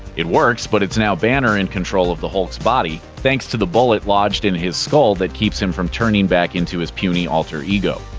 it works, but it's now banner in control of the hulk's body, thanks to the bullet lodged in his skull that keeps him from turning back into his puny alter-ego.